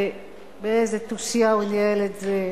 באיזה תושייה הוא ניהל את זה.